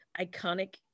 iconic